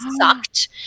sucked